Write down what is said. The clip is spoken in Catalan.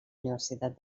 universitat